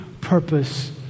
purpose